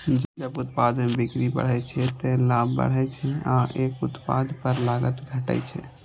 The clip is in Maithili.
जब उत्पाद के बिक्री बढ़ै छै, ते लाभ बढ़ै छै आ एक उत्पाद पर लागत घटै छै